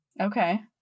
Okay